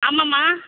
ஆமாம்மா